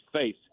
face